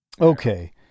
Okay